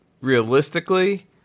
realistically